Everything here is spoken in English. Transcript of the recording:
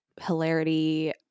hilarity